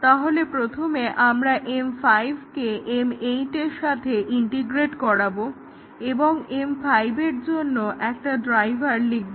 তাহলে প্রথমে আমরা M5 কে M8 এর সাথে ইন্টিগ্রেট করাবো এবং আমরা M5 এর জন্য একটা ড্রাইভার লিখব